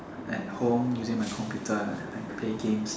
at home using my computer like play games